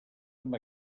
amb